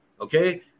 okay